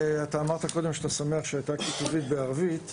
אמרת קודם שאתה שמח שיש כתוביות בערביות בסרטון.